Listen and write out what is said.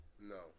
no